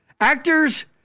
Actors